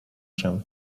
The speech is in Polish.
się